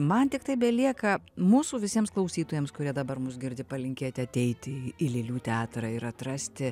man tiktai belieka mūsų visiems klausytojams kurie dabar mus girdi palinkėti ateiti į lėlių teatrą ir atrasti